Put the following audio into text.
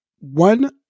One